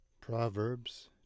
Proverbs